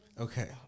Okay